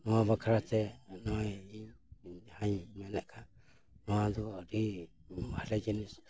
ᱱᱚᱣᱟ ᱵᱟᱠᱷᱨᱟᱛᱮ ᱱᱚᱜᱼᱚᱭ ᱤᱧ ᱡᱟᱦᱟᱧ ᱧᱮᱞᱮᱫ ᱠᱟᱱ ᱱᱚᱣᱟ ᱫᱚ ᱟᱹᱰᱤ ᱵᱷᱟᱞᱮ ᱡᱤᱱᱤᱥ